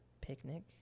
picnic